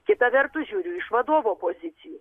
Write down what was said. kita vertus žiūriu iš vadovo pozicijų